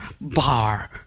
bar